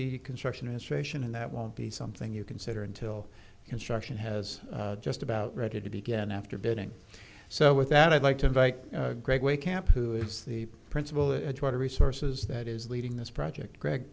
be construction initiation and that will be something you consider until construction has just about ready to begin after bidding so with that i'd like to invite greg way camp who is the principal water resources that is leading this project greg